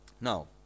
Now